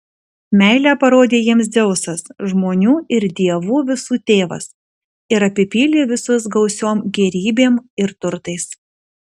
meilę parodė jiems dzeusas žmonių ir dievų visų tėvas ir apipylė visus gausiom gėrybėm ir turtais